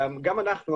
גם אנחנו,